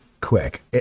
quick